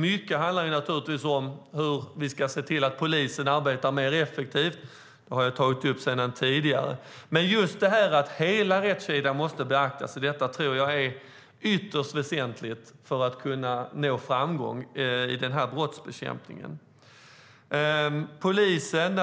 Mycket handlar om hur vi ser till att polisen arbetar mer effektivt, vilket jag har tagit upp tidigare. Att hela rättskedjan måste beaktas tror jag är ytterst väsentligt för att kunna nå framgång i denna brottsbekämpning. Polisen